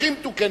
הכי מתוקנת,